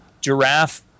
giraffe